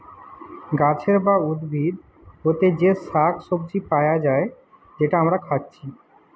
গাছের বা উদ্ভিদ হোতে যে শাক সবজি পায়া যায় যেটা আমরা খাচ্ছি